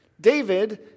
David